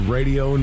Radio